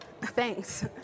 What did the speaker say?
Thanks